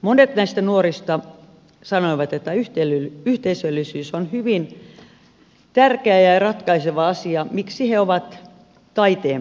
monet näistä nuorista sanoivat että yhteisöllisyys on hyvin tärkeä ja ratkaiseva asia miksi he ovat taiteen parissa